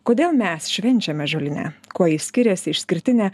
kodėl mes švenčiame žolinę kuo ji skiriasi išskirtinę